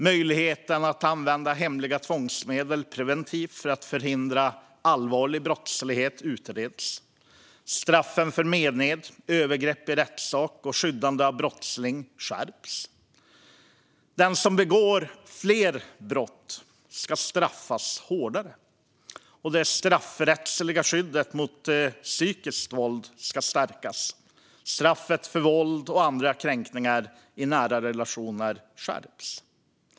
Möjligheten att använda hemliga tvångsmedel preventivt för att förhindra allvarlig brottslighet utreds. Straffen för mened, övergrepp i rättssak och skyddande av brottsling skärps. Den som begår fler brott ska straffas hårdare. Det straffrättsliga skyddet mot psykiskt våld ska stärkas. Straffen för våld och andra kränkningar i nära relationer skärps.